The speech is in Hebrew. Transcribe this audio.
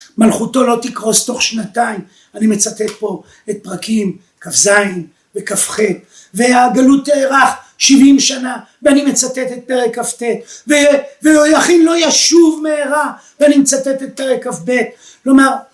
מלכותו לא תקרוס תוך שנתיים, אני מצטט פה את פרקים כ"ז וכ"ח. והגלות תיארך שבעים שנה, ואני מצטט את פרק כ"ט. ויהויכין לא ישוב מהרה, ואני מצטט את פרק כ"ב. כלומר,